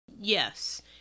Yes